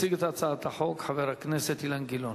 יציג את הצעת החוק חבר הכנסת אילן גילאון.